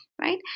right